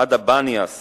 עד הבניאס